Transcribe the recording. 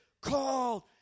called